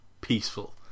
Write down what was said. peaceful